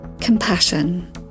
Compassion